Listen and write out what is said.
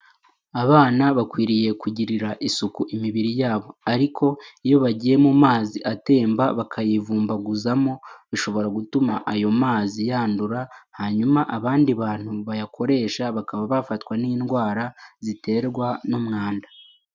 Abana bakwiriye kugirira isuku imibiri yabo ariko iyo bagiye mu mazi atemba bakayivumbaguzamo, bishobora gutuma ayo mazi yandura, hanyuma abandi bantu bayakoresha, bakaba bafatwa n'indwara ziterwa n'umwanda.